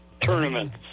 tournaments